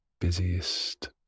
busiest